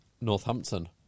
Northampton